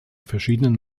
verschiedenen